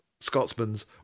Scotsman's